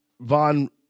von